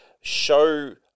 show